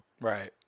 Right